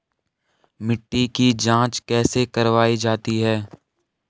मिट्टी की जाँच कैसे करवायी जाती है?